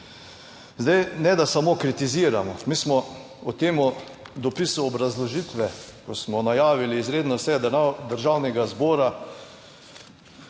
Zdaj, ne da samo kritiziramo. Mi smo v tem dopisu obrazložitve, ko smo najavili izredno sejo Državnega zbora,